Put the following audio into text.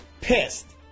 Pissed